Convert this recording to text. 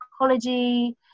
psychology